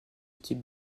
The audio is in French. type